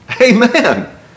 Amen